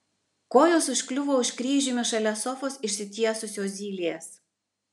kojos užkliuvo už kryžiumi šalia sofos išsitiesusio zylės